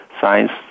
Science